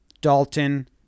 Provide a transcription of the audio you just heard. Dalton